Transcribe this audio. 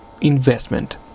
investment